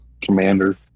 Commander